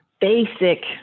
basic